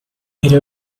era